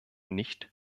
nicht